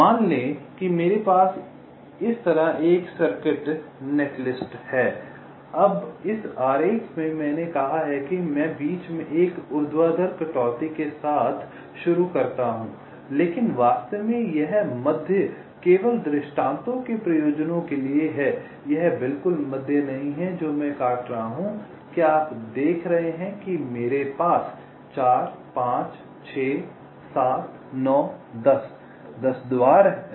मान लें कि मेरे पास इस तरह एक सर्किट नेटलिस्ट है अब इस आरेख में मैंने कहा है कि मैं बीच में एक ऊर्ध्वाधर कटौती के साथ शुरू करता हूं लेकिन वास्तव में यह मध्य केवल दृष्टांतों के प्रयोजनों के लिए है यह बिल्कुल मध्य नहीं है जो मैं काट रहा हूं क्या आप देख रहे हैं कि मेरे पास 4 5 6 7 9 10 10 द्वार है